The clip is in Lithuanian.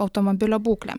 automobilio būklė